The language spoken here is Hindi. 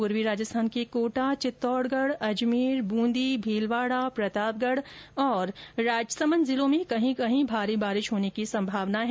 पूर्वी राजस्थान के कोटा चित्तौडगढ अजमेर ब्रंदी भीलवाडा प्रतापगढ राजसमंद जिलों में कहीं कहीं भारी बारिश होने की संभावना है